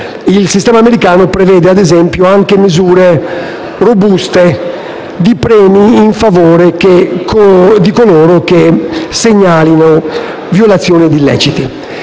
Il sistema americano prevede - ad esempio - anche misure robuste di premi a favore di coloro che segnalano violazioni e illeciti.